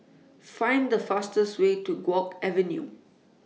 Find The fastest Way to Guok Avenue